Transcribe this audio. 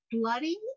bloody